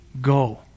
go